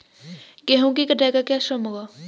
गेहूँ की कटाई का क्या श्रम होगा?